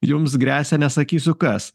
jums gresia nesakysiu kas